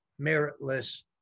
meritless